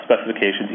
specifications